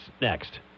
next